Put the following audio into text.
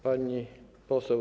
Pani Poseł!